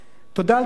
"תודה על פנייתכן.